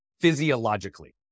physiologically